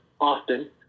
often